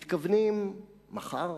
מתכוונים מחר